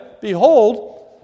Behold